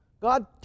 God